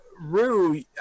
rue